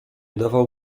dawał